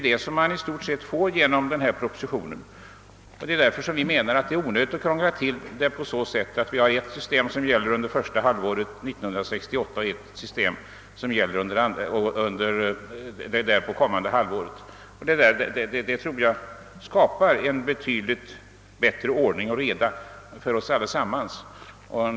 Detta blir också i stort sett resultatet av propositionen, och därför menar vi att det är onödigt att krångla till saken på så sätt, att ett system skall gälla under första halvåret 1968 och ett annat under det därpå kommande halvåret. Jag tror att utskottsmajoritetens förslag skapar en betydligt bättre ordning och reda för oss allesammans.